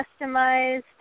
customized